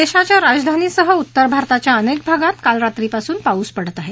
देशाच्या राजधानीसह उत्तर भारताच्या अनेक भागात काल रात्रीपासून पाऊस पडतो आहे